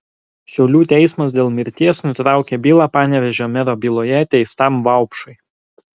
šiaulių teismas dėl mirties nutraukė bylą panevėžio mero byloje teistam vaupšui